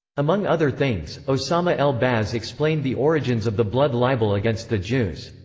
among other things, osama el-baz explained the origins of the blood libel against the jews.